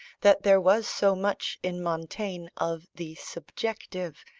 that there was so much in montaigne of the subjective,